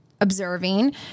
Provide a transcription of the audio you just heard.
observing